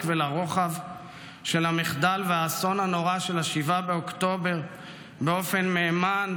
ולרוחב של המחדל והאסון הנורא של 7 באוקטובר באופן מהימן,